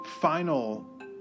Final